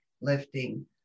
lifting